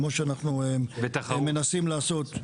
כמו שאנחנו מנסים לעשות,